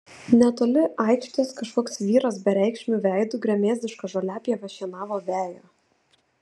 netoli aikštės kažkoks vyras bereikšmiu veidu gremėzdiška žoliapjove šienavo veją